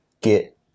get